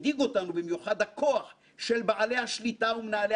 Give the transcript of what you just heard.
הדאיג אותנו במיוחד הכוח של בעלי השליטה ומנהלי